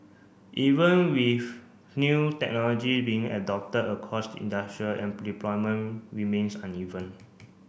even with new technology being adopted across the industrial deployment remains uneven